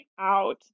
out